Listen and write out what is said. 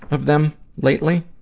of them lately.